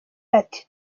ati